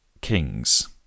kings